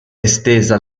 estesa